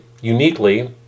uniquely